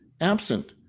absent